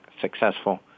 successful